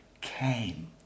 came